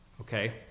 okay